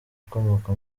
ukomoka